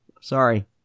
Sorry